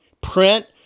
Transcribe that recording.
print